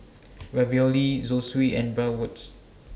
Ravioli Zosui and Bratwurst